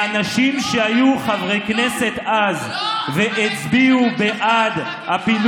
מהאנשים שהיו חברי כנסת אז והצביעו בעד, יום